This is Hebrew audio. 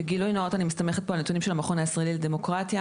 ובגילוי נאות אני מסתמכת על הנתונים של המכון הישראלי לדמוקרטיה